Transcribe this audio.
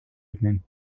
evening